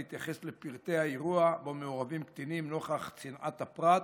להתייחס לפרטי האירוע שבו מעורבים קטינים נוכח צנעת הפרט.